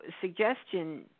suggestion